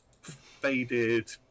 faded